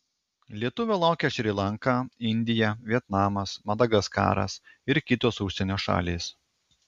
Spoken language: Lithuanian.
lietuvio laukia šri lanka indija vietnamas madagaskaras ir kitos užsienio šalys